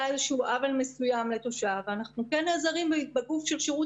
איזשהו עוול מסוים לתושב ואנחנו כן נעזרים במבקר